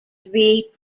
three